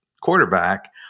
quarterback